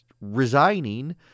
resigning